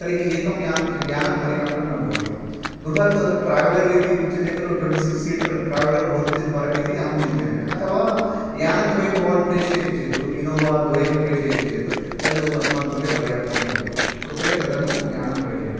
तर्हि एकं यान् यानं पर्याप्तं न भवति बृहत् ट्रेवलर् इति उच्यते खलु ट्वेण्टिसिक्स् सीटर् ट्रेवलर् भवति चेत् वरम् इति अहं चिन्तयामि अथवा यानद्वयं भवान् प्रेषयति चेत् इनोवा द्वयं प्रेषयति चेत् तद् अस्माकं कृते पर्याप्तं भवति कृपया तदनु यानं प्रेषयन्तु